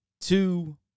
two